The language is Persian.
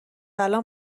الان